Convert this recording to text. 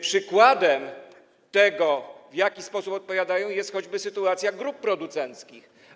Przykładem tego, w jaki sposób odpowiadają, jest choćby sytuacja grup producenckich.